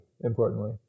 importantly